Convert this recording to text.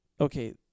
Okay